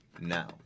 now